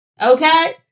Okay